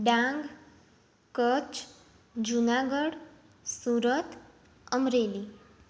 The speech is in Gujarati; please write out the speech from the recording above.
ડાંગ કચ્છ જુનાગઢ સુરત અમરેલી